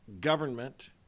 government